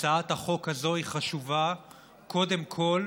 הצעת החוק הזאת חשובה קודם כול